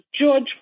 George